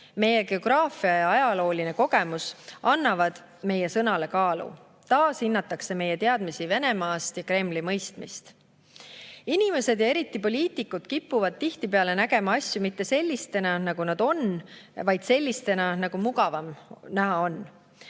Meie geograafia ja ajalooline kogemus annavad meie sõnale kaalu. Taas hinnatakse meie teadmisi Venemaast ja Kremli mõistmist. Inimesed, eriti poliitikud, kipuvad tihtipeale nägema asju mitte sellistena, nagu nad on, vaid sellistena, nagu mugavam näha on.